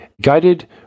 guided